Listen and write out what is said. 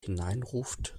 hineinruft